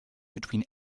between